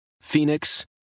Phoenix